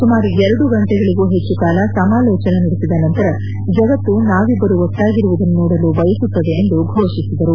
ಸುಮಾರು ಎರಡು ಗಂಟೆಗಳಿಗೂ ಹೆಚ್ಚು ಕಾಲ ಸಮಲೋಚನೆ ನಡೆಸಿದ ನಂತರ ಜಗತ್ತು ನಾವಿಬ್ಲರು ಒಟ್ಲಾಗಿರುವುದನ್ನು ನೋಡಲು ಬಯಸುತ್ತದೆ ಎಂದು ಘೋಷಿಸಿದರು